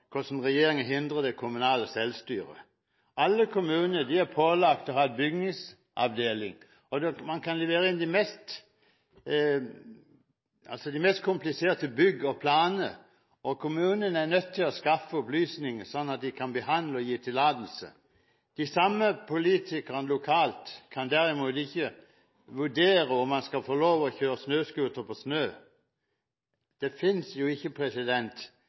hvordan regjeringen hindrer det kommunale selvstyret. Alle kommuner er pålagt å ha en bygningsavdeling. Man kan levere inn de mest kompliserte byggplaner, og kommunene er nødt til å skaffe opplysninger sånn at de kan behandle tillatelser. De samme lokalpolitikerne kan derimot ikke vurdere om man skal få lov til å kjøre snøscooter på snøen. Det finnes jo ikke